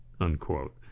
unquote